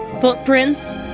footprints